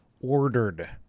ordered